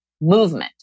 movement